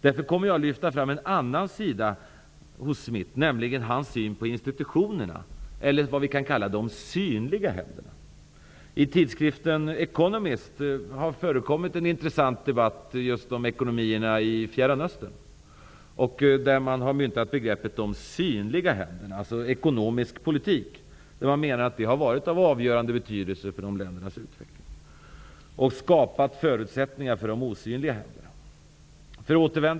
Därför kommer jag att lyfta fram en annan sida hos Smith, nämligen hans syn på institutionerna, eller vad vi kan kalla de synliga händerna. I tidsskriften The Economist har det förekommit en intressant debatt om ekonomierna i Fjärran Östern. Där har man myntat begreppet de synliga händerna, dvs. ekonomisk politik. Man menar att detta har varit av avgörande betydelse för dessa länders utveckling och skapat förutsättningar för de osynliga händerna. Fru talman!